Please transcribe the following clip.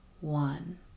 one